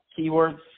keywords